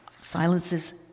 Silences